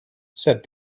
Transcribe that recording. said